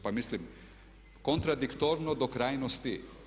Pa mislim, kontradiktorno do krajnosti.